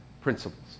principles